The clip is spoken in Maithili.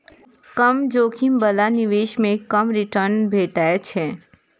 कम जोखिम बला निवेश मे कम रिटर्न भेटै छै